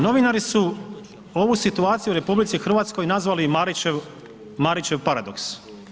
Novinari su ovu situaciju u RH nazvali Marićev paradoks.